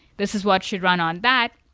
this is what should run on that.